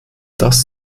dass